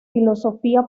filosofía